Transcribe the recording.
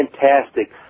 fantastic